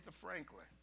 Franklin